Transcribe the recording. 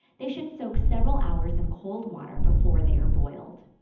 they should soak several hours in cold water before they are boiled.